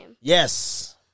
yes